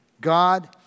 God